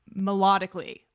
melodically